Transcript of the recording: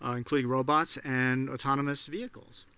um including robots and autonomous vehicles.